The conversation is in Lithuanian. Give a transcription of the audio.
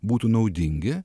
būtų naudingi